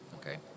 Okay